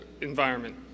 environment